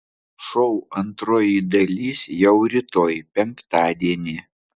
šou antroji dalis jau rytoj penktadienį